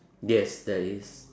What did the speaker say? yes there is